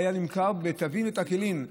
היה נמכר בטבין ותקילין,